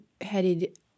headed